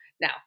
now